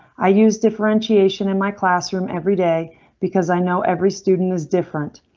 i use differentiation in my classroom every day because i know every student is different.